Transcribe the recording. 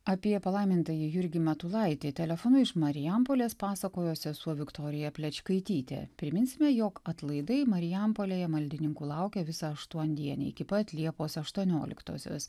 apie palaimintąjį jurgį matulaitį telefonu iš marijampolės pasakojo sesuo viktorija plečkaitytė priminsime jog atlaidai marijampolėje maldininkų laukia visą aštuondienį iki pat liepos aštuonioliktosios